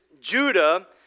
Judah